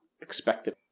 expected